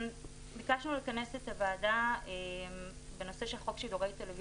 ביקשנו לכנס את הוועדה בנושא של חוק שידורי טלוויזיה,